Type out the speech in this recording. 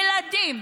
ילדים,